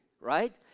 right